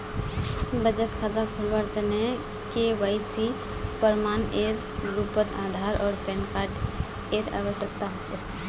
बचत खता खोलावार तने के.वाइ.सी प्रमाण एर रूपोत आधार आर पैन कार्ड एर आवश्यकता होचे